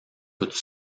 toute